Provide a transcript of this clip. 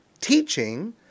teaching